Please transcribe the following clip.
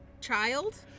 child